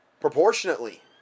proportionately